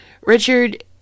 Richard